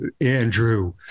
andrew